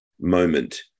moment